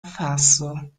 faso